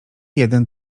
jeden